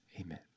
amen